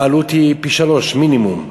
העלות היא פי-שלושה מינימום.